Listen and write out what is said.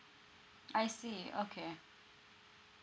I see okay